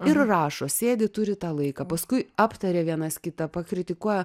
ir rašo sėdi turi tą laiką paskui aptaria vienas kitą pakritikuoja